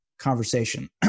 conversation